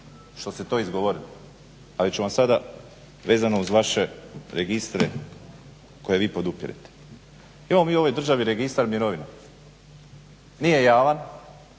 što se to izgovorilo, ali ću vam sada vezano uz vaše registre koje vi podupirete. Imamo mi u ovoj državi registar mirovina, nije javan.